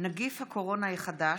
נגיף הקורונה החדש),